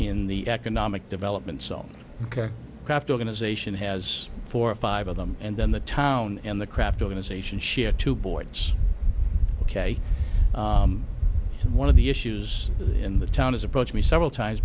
in the economic development so craft organization has four or five of them and then the town and the kraft organization share two boards ok and one of the issues in the town is approached me several times